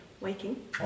waking